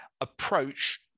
Approach